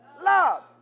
love